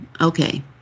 Okay